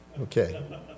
Okay